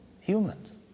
humans